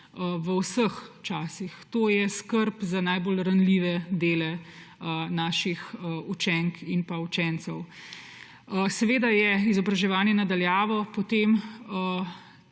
v vseh časih, to je skrb za najbolj ranljive dele naših učenk in učencev. Seveda je izobraževanje na daljavo potem